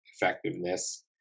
effectiveness